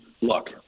look